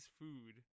food